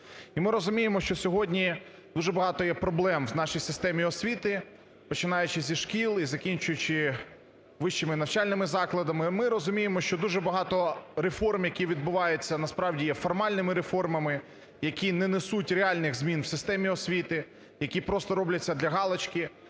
І ми розуміємо, що сьогодні дуже багато є проблем в нашій системі освіти, починаючи зі шкіл, закінчуючи вищими навчальними закладами. Ми розуміємо, що дуже багато реформ, які відбуваються, насправді є формальними реформами, які не несуть реальних змін в системі освіти, які просто робляться для галочки,